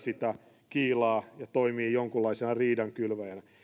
sitä kiilaa ja toimivat jonkunlaisena riidankylväjänä